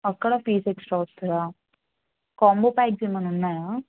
అక్కడ piece extra వస్తుందా combo packs ఏమైనా ఉన్నాయా